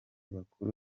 bakuru